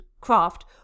craft